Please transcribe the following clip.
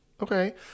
okay